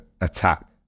attack